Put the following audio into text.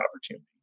opportunity